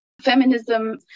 Feminism